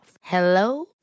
Hello